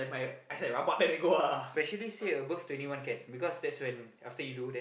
especially say above twenty one can because that's when after you do